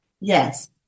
yes